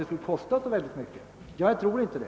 Jag är inte övertygad att det skulle bli så kostsamt.